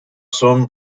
son